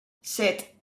set